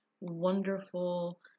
wonderful